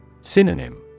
Synonym